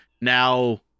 now